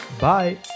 Bye